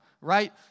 right